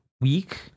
week